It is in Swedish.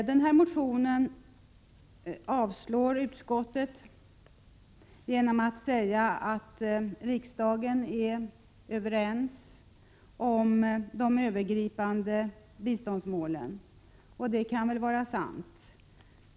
Utskottet avstyrker motionen genom att säga att riksdagen är överens om de övergripande biståndsmålen, och det kan väl vara sant.